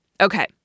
Okay